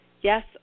Yes